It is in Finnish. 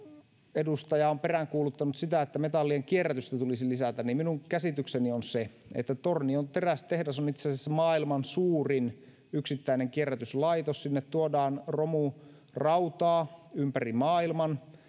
edustaja on peräänkuuluttanut sitä että metallien kierrätystä tulisi lisätä niin minun käsitykseni on se että tornion terästehdas on itse asiassa maailman suurin yksittäinen kierrätyslaitos sinne tuodaan romurautaa ympäri maailman